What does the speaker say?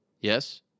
Yes